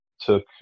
took